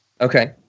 Okay